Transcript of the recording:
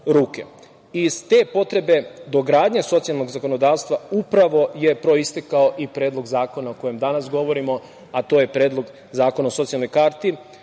Iz te potrebe dogradnja socijalnog zakonodavstva upravo je proistekao i Predlog zakona o kojem danas govorimo, a to je Predlog Zakona o socijalnoj karti. Ovaj